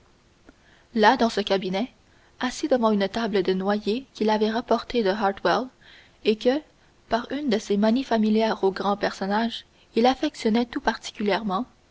là dans ce cabinet assis devant une table de noyer qu'il avait rapportée d'hartwell et que par une de ces manies familières aux grands personnages il affectionnait tout particulièrement